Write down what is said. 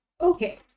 Okay